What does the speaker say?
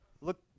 Look